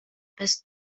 bez